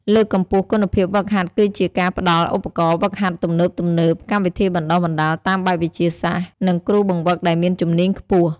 លើកកម្ពស់គុណភាពហ្វឹកហាត់គឺជាការផ្តល់ឧបករណ៍ហ្វឹកហាត់ទំនើបៗ កម្មវិធីបណ្តុះបណ្តាលតាមបែបវិទ្យាសាស្ត្រ និងគ្រូបង្វឹកដែលមានជំនាញខ្ពស់។